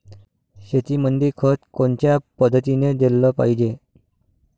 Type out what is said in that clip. शेतीमंदी खत कोनच्या पद्धतीने देलं पाहिजे?